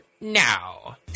Now